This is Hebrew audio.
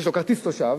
שיש לו כרטיס תושב,